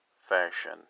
fashion